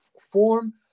form